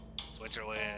Switzerland